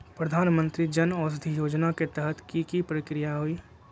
प्रधानमंत्री जन औषधि योजना के तहत की की प्रक्रिया होई?